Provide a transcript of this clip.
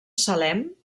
salem